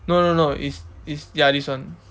no no no it's it's ya this one